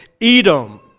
Edom